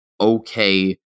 okay